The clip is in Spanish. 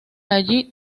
allí